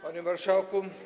Panie Marszałku!